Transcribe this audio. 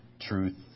truth